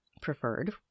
preferred